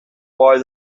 why